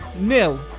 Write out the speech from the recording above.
nil